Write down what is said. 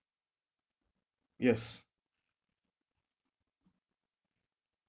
yes